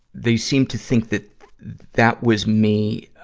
they seem to think that that was me,